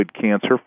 cancer